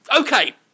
Okay